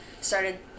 started